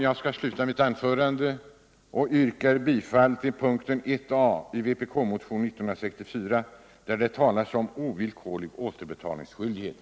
Jag skall nu sluta mitt anförande och yrka bifall till punkten 1 a i vpk-motionen 1964, där det talas om ovillkorlig återbetalningsskyldighet.